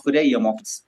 kuria jie mokėsi